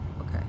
Okay